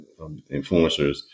influencers